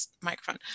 microphone